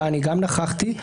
זו ההחלטה שלי.